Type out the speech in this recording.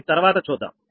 అది తర్వాత చూద్దాం